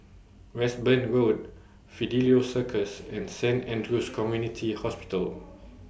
Westbourne Road Fidelio Circus and Saint Andrew's Community Hospital